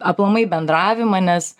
aplamai bendravimą nes